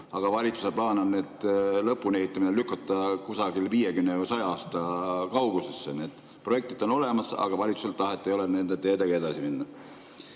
aga valitsuse plaan on lõpuni ehitamine lükata kusagile 50 või 100 aasta kaugusesse. Projektid on olemas, aga valitsusel tahet ei ole nende teedega edasi minna.